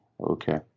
okay